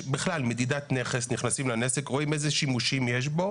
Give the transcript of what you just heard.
במדידת נכס נכנסים לנכס ורואים איזה שימושים יש בו